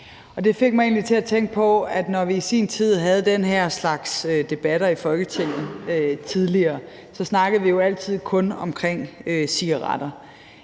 egentlig til at tænke på, at når vi tidligere havde den her slags debatter i Folketinget, så snakkede vi jo altid kun omcigaretter.